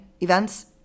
events